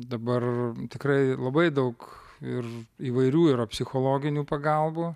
dabar tikrai labai daug ir įvairių yra psichologinių pagalbų